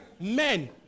men